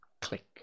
click